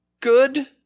good